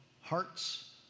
hearts